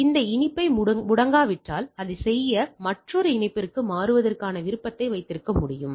எனவே இணைப்பு முடங்கிவிட்டால் அதைச் செய்ய மற்றொரு இணைப்பிற்கு மாறுவதற்கான விருப்பத்தை வைத்திருக்க முடியும்